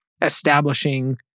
establishing